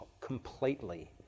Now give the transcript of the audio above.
completely